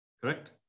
Correct